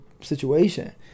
situation